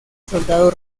soldado